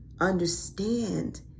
understand